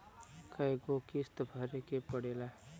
कय गो किस्त भरे के पड़ेला?